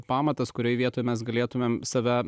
pamatas kurioje vietoj mes galėtumėm save